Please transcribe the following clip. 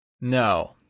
No